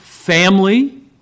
Family